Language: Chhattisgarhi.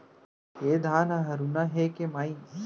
ए धान ह हरूना हे के माई?